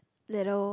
little